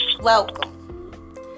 welcome